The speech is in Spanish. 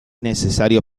necesario